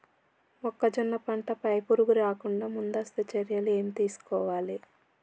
మొక్కజొన్న పంట పై పురుగు రాకుండా ముందస్తు చర్యలు ఏం తీసుకోవాలి?